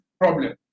problem